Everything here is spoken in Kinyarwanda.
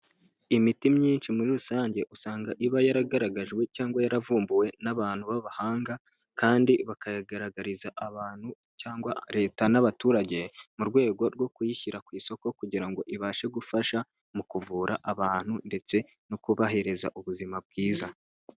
Imiti myinshi muri rusange, usanga iba yaragaragajwe cyangwa yaravumbuwe n'abantu b'abahanga kandi bakagaragariza abantu cyangwa leta n'abaturage, mu rwego rwo kuyishyira ku isoko kugira ngo ibashe gufasha mu kuvura abantu ndetse no kubahiriza ubuzima bwiza.